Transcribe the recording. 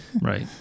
Right